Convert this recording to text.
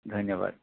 ধন্যবাদ